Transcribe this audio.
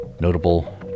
notable